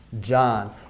John